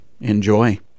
Enjoy